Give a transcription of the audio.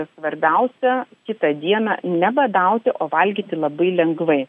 svarbiausia kitą dieną nebadauti o valgyti labai lengvai